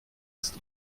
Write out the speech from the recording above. ist